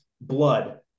blood